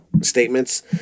statements